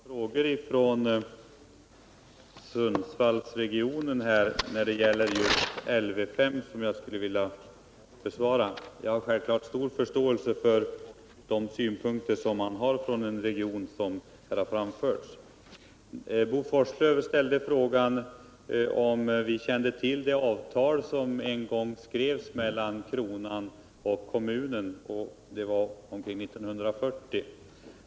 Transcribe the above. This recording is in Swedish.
Herr talman! Det har från företrädare för Sundsvallsregionen ställts ett antal frågor som jag skulle vilja besvara. Jag har självfallet stor förståelse för de synpunkter som här har anförts från denna region. Bo Forslund ställde frågan om vi känner till det avtal som träffades mellan kronan och kommunen omkring år 1940.